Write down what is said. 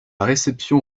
réception